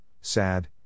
sad